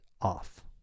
off